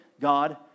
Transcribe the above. God